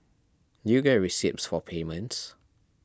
do you get receipts for payments